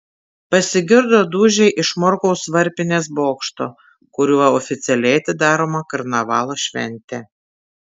pasigirdo dūžiai iš morkaus varpinės bokšto kuriuo oficialiai atidaroma karnavalo šventė